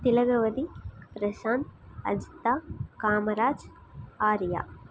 Thilagavathi Prashanth Ajitha Kamaraj Arya